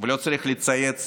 ולא צריך לצייץ